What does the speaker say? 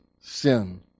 sin